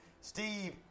Steve